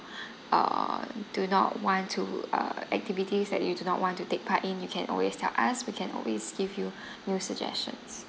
uh do not want to uh activities that you do not want to take part in you can always tell us we can always give you new suggestions